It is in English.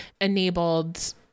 enabled